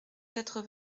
quatre